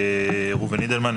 ראובן אידלמן,